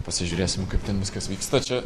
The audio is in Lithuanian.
pasižiūrėsim kaip ten viskas vyksta čia